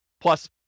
plus